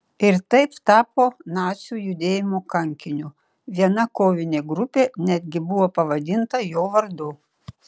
ir taip tapo nacių judėjimo kankiniu viena kovinė grupė netgi buvo pavadinta jo vardu